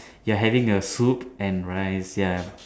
you are having a soup and rice ya